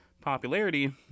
popularity